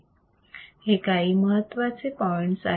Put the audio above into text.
हे काही महत्त्वाचे पॉईंट आहेत